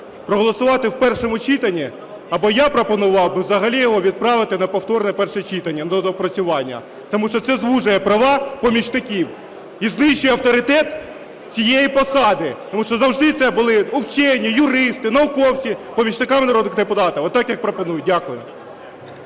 проголосувати в першому читанні, або я пропонував би взагалі його відправити на повторне перше читання, на доопрацювання, тому що це звужує права помічників і знищує авторитет цієї посади, тому що завжди це були вчені, юристи, науковці помічниками народних депутатів, так, як пропонують. Дякую.